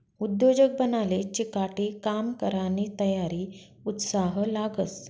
उद्योजक बनाले चिकाटी, काम करानी तयारी, उत्साह लागस